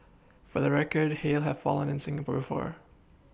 for the record hail have fallen in Singapore before